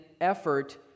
effort